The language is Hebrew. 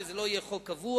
שזה לא יהיה חוק קבוע.